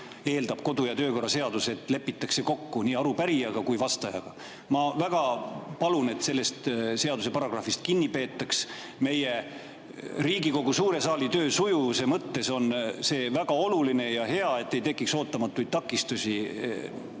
eeldab, et eelnevalt lepitakse kokku nii arupärijaga kui ka vastajaga. Ma väga palun, et sellest seaduse paragrahvist kinni peetaks. Meie Riigikogu suure saali töö sujuvuse mõttes on see väga oluline ja hea, et ei tekiks ootamatuid takistusi.